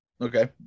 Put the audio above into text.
Okay